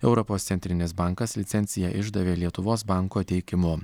europos centrinis bankas licenciją išdavė lietuvos banko teikimu